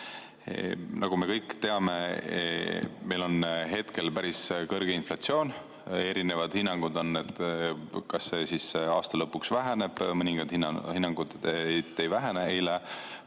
Nagu me kõik teame, meil on hetkel päris kõrge inflatsioon. On erinevad hinnangud, kas see aasta lõpuks väheneb, mõningad hinnangud on, et ei vähene. Eile